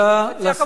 תודה לשרה.